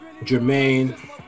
jermaine